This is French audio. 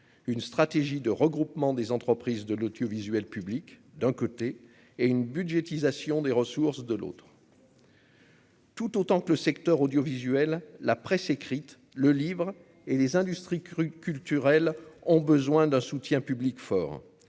une stratégie de regroupement des entreprises de l'audiovisuel public, d'un côté et une budgétisation des ressources de l'autre. Tout autant que le secteur audiovisuel, la presse écrite, le livre et les industries cru culturel ont besoin d'un soutien public fort,